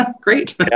great